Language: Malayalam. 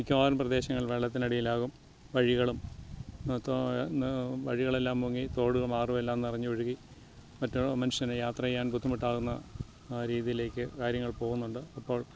മിക്കവാറും പ്രദേശങ്ങൾ വെള്ളത്തിനടിയിലാകും വഴികളും തോട് വഴികളെല്ലാം മുങ്ങി തോടും ആറുമെല്ലാം നിറഞ്ഞൊഴുകി മറ്റ് മനുഷ്യൻ യാത്രചെയ്യാൻ ബുദ്ധിമുട്ടാകുന്ന രീതിയിലേക്ക് കാര്യങ്ങൾ പോകുന്നുണ്ട് അപ്പോൾ